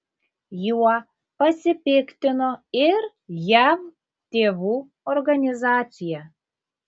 juo pasipiktino ir jav tėvų organizacija